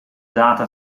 data